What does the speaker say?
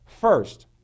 first